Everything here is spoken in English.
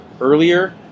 earlier